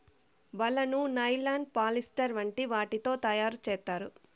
వలను nylon, polyester వంటి వాటితో తయారు చేత్తారు